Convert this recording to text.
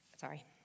Sorry